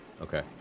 Okay